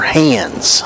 hands